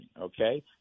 Okay